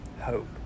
hope